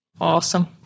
Awesome